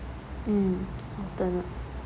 mm alternate